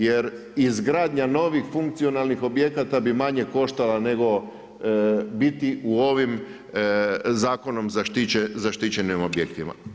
Jer izgradnja novih funkcionalnih objekata bi manje koštala nego biti u ovim zakonom zaštićenim objektima.